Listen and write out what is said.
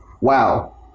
wow